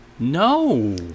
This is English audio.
No